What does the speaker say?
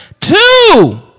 Two